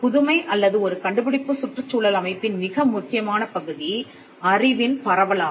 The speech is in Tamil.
புதுமை அல்லது ஒரு கண்டுபிடிப்பு சுற்றுச்சூழல் அமைப்பின் மிக முக்கியமான பகுதி அறிவின் பரவலாகும்